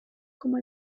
como